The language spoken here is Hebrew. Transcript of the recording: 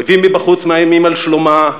אויבים מבחוץ מאיימים על שלומה,